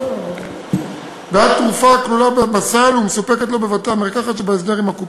גם על תרופה הכלולה בסל ומסופקת לו בבתי-המרקחת שבהסדר עם הקופה.